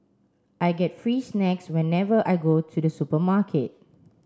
I get free snacks whenever I go to the supermarket